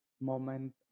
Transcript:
moment